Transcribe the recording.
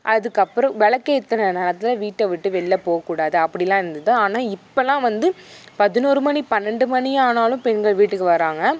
அதுக்கப்பறம் வெளக்கேற்றின நேரத்தில் வீட்டை விட்டு வெளில போகக்கூடாது அப்படிலாம் இருந்தது ஆனால் இப்போல்லாம் வந்து பதினோரு மணி பன்னெண்டு மணி ஆனாலும் பெண்கள் வீட்டுக்கு வர்றாங்க